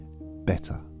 better